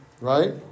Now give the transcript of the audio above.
right